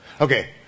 Okay